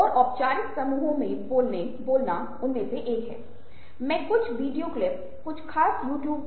हमारे मन के भीतर बहुत सारी रूढ़ियाँ हैं हमें उनसे छुटकारा पाना है